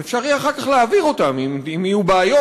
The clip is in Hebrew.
ואפשר יהיה אחר כך להעביר אותם אם יהיו בעיות.